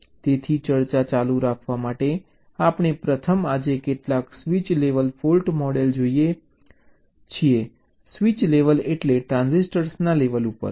તેથી ચર્ચા ચાલુ રાખવા માટે આપણે પ્રથમ આજે કેટલાક સ્વીચ લેવલ ફોલ્ટ મોડલ જોઈએ છીએ સ્વિચ લેવલ એટલે ટ્રાન્ઝિસ્ટર ના લેવલ ઉપર